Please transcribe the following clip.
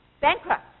bankrupt